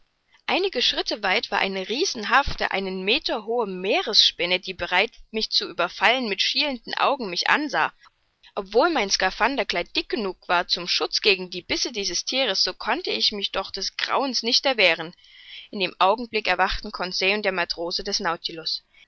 einige schritte weit war eine riesenhafte einen meter hohe meeresspinne die bereit mich zu überfallen mit schielenden augen mich ansah obwohl mein skaphanderkleid dick genug war zum schutz gegen die bisse dieses thieres so konnte ich mich doch des grauens nicht erwehren in dem augenblick erwachten conseil und der matrose des